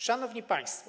Szanowni Państwo!